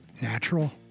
natural